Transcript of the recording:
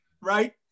right